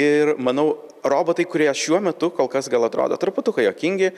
ir manau robotai kurie šiuo metu kol kas gal atrodo truputuką juokingi